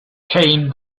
came